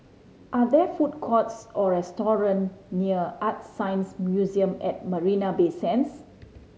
are there food courts or restaurant near ArtScience Museum at Marina Bay Sands